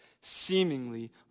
seemingly